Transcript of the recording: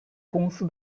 公司